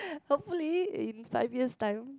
hopefully in five years time